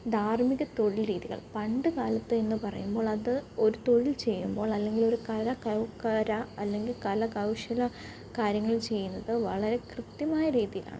ധാര്മിക തൊഴില് രീതികള് പണ്ടു കാലത്ത് എന്ന് പറയുമ്പോള് അത് ഒരു തൊഴില് ചെയ്യുമ്പോള് അല്ലെങ്കില് ഒരു അല്ലെങ്കില് കല കൗശല കാര്യങ്ങള് ചെയ്യുന്നത് വളരെ കൃത്യമായ രീതിയിലാണ്